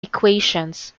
equations